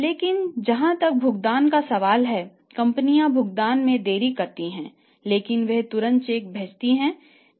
लेकिन जहां तक भुगतान का सवाल है कंपनियां भुगतान में देरी करती हैं लेकिन वे तुरंत चेक भेजती हैं